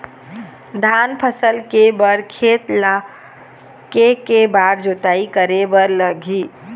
धान फसल के बर खेत ला के के बार जोताई करे बर लगही?